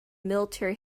military